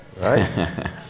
Right